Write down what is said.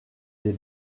des